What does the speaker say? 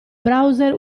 browser